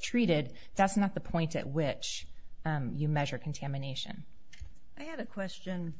treated that's not the point at which you measure contamination i have a question